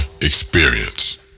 experience